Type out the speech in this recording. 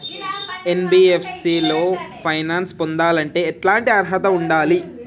NBFC లో finance పొందాలంటే ఎట్లాంటి అర్హత ఉండాలే?